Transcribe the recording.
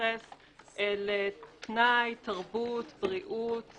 שמתייחס לפנאי, תרבות, בריאות.